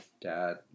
dad